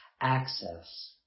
access